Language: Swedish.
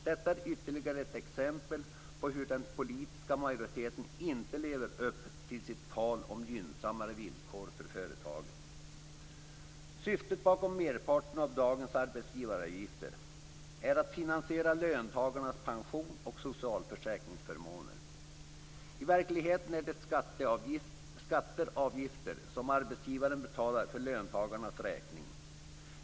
Detta är ytterligare ett exempel på hur den politiska majoriteten inte lever upp till sitt tal om gynnsammare villkor för företagen. Syftet bakom merparten av dagens arbetsgivaravgifter är att finansiera löntagarnas pensioner och socialförsäkringsförmåner. I verkligheten är det skatter/avgifter som arbetsgivaren betalar för löntagarnas räkning.